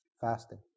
fasting